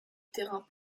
terrains